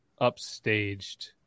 upstaged